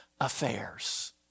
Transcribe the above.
affairs